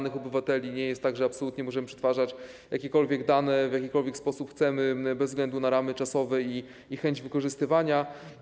Nie jest tak, że absolutnie możemy przetwarzać jakiekolwiek dane w jakikolwiek sposób, bez względu na ramy czasowe i chęć wykorzystywania.